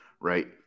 right